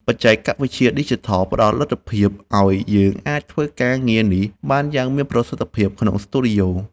បច្ចេកវិទ្យាឌីជីថលផ្ដល់លទ្ធភាពឱ្យយើងអាចធ្វើការងារនេះបានយ៉ាងមានប្រសិទ្ធភាពក្នុងស្ទូឌីយោ។